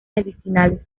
medicinales